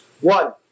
One